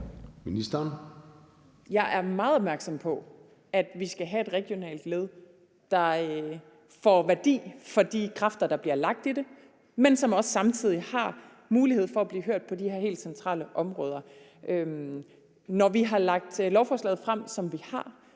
Jeg er meget opmærksom på, at vi skal have et regionalt led, der får værdi på grund af de kræfter, der bliver lagt i det, men som også samtidig har mulighed for at blive hørt på de her helt centrale områder. Når vi har lagt lovforslaget frem, som vi har,